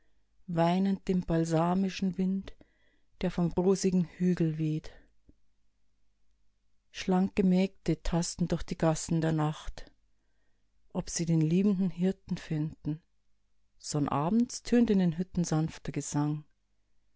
weinend dem balsamischen wind der vom rosigen hügel weht schlanke mägde tasten durch die gassen der nacht ob sie den liebenden hirten fänden sonnabends tönt in den hütten sanfter gesang